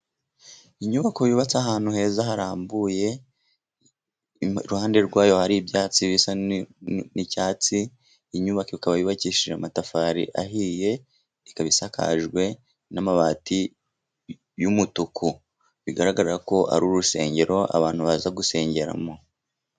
Inyubako yubatse ahantu heza harambuye iruhande rwayo hari ibyatsi bisa n'icyatsi, inyubako ikaba yubakishije amatafari ahiye, ikaba isakajwe n'amabati y'umutuku. Bigaragara ko ari urusengero abantu baza gusengeramo.